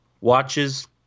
watches